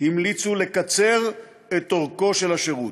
המליצו לקצר את אורכו של השירות: